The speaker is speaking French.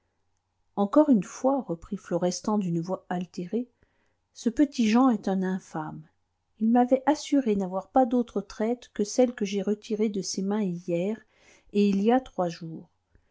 encore une fois reprit florestan d'une voix altérée ce petit-jean est un infâme il m'avait assuré n'avoir pas d'autres traites que celles que j'ai retirées de ses mains hier et il y a trois jours